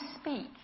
speak